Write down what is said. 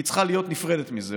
היא צריכה להיות נפרדת מזה.